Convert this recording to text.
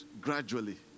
gradually